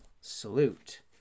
Salute